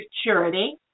security